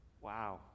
Wow